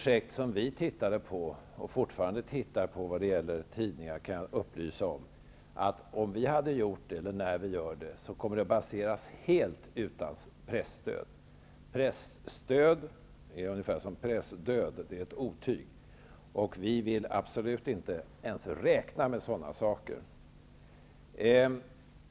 Jag kan upplysa om, att om vi genomför ett tidningsprojekt kommer det att ske helt utan presstöd. Presstöd är ungefär som pressdöd, det är ett otyg. Vi vill absolut inte ens räkna med sådana saker.